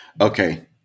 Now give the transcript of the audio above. Okay